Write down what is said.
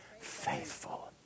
faithful